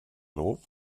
lov